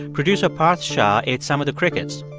producer parth shah ate some of the crickets.